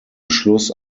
beschluss